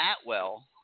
Atwell